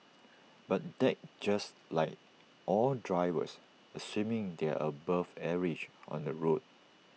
but that's just like all drivers assuming they are above average on the road